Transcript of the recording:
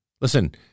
Listen